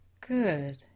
Good